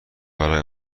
برای